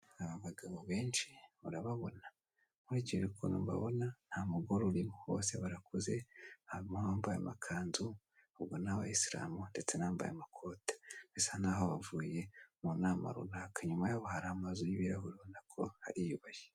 Aba bagabo benshi urababona nkurikije ukuntu mbabona ntamugore urimo bose barakuze harimo abambaye amakanzu ubona y'abayisilamu ndetse n'amakote bisa naho bavuye mu nama runaka, inyuma yabo hari amazu y'ibirahure ubona ko hariyubashye.